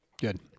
Good